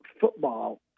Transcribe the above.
football